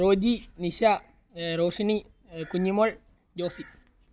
Roji Nisha Roshini Kunjimol Josy